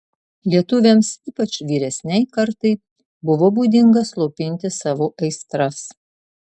lietuviams ypač vyresnei kartai buvo būdinga slopinti savo aistras